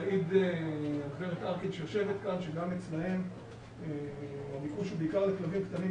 תעיד הגב' ארקין שיושבת כאן שגם אצלם הביקוש הוא בעיקר לכלבים קטנים,